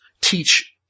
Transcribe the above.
teach